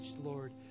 Lord